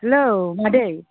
hello मादै